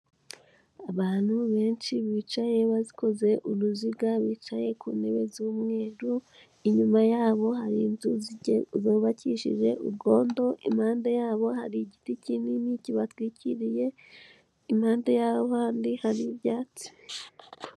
Abantu benshi bicaye bazikoze uruziga bicaye ku ntebe z'umweru, inyuma yabo hari inzu zubakishije urwondo, impande yabo hari igiti kinini kibatwikiriye, impande yabo handi hari ibyatsi.